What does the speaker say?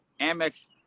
Amex